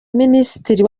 minisitiri